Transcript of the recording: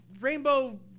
Rainbow